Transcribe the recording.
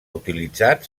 utilitzat